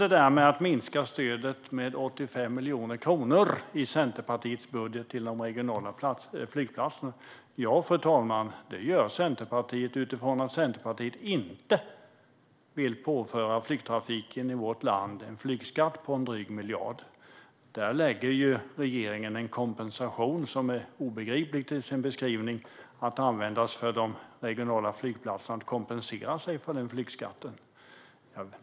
Det stämmer att Centerpartiet i sin budget minskar stödet till de regionala flygplatserna med 85 miljoner kronor. Vi gör det eftersom vi inte vill påföra flygtrafiken i Sverige en flygskatt på drygt 1 miljard. Regeringen inför här en kompensation för flygskatten till de regionala flygplatserna som är obegriplig i sin beskrivning.